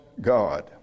God